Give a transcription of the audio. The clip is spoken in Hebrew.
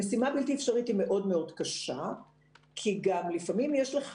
משימה בלתי אפשרית היא מאוד-מאוד קשה כי גם לפעמים יש לך